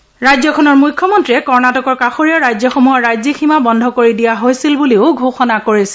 ইয়াৰ পূৰ্বে ৰাজ্যখনৰ মুখ্যমন্ত্ৰীয়ে কৰ্ণাটকৰ কাষৰীয়া ৰাজ্যসমূহৰ ৰাজ্যিক সীমা বন্ধ কৰি দিয়া হৈছে বুলি ঘোষণা কৰিছিল